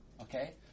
Okay